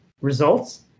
results